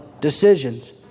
decisions